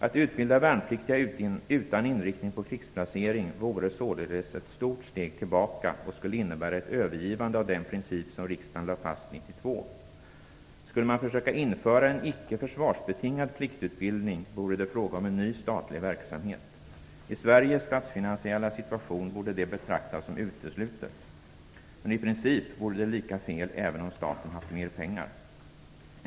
Att utbilda värnpliktiga utan inriktning på krigsplacering vore således ett stort steg tillbaka och skulle innebära ett övergivande av den princip som riksdagen slog fast 1992. Skulle man försöka införa en icke försvarsbetingad pliktutbildning vore det fråga om en ny statlig verksamhet. I Sveriges statsfinansiella situation borde det betraktas som uteslutet - men i princip vore det lika fel även om staten haft mer pengar.